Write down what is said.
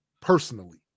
personally